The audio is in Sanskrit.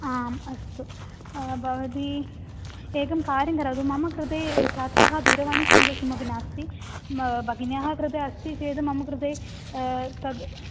आम् अस्तु भवती एकं कार्यं करोतु मम कृते छात्राणां दूरवाणीसङ्ख्या किमपि नास्ति म भगिन्याः कृते अस्ति चेद् मम कृते तद्